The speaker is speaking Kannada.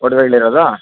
ಒಡವೆಗಳಿರೋದು